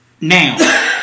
Now